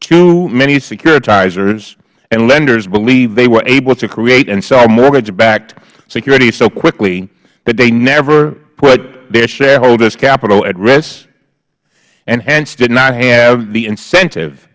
too many securitizers and lenders believed they were able to create and sell mortgage backed securities so quickly that they never put their shareholders capital at risk and hence did not have the incentive